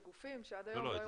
לגופים שאת היום לא היו כפופים.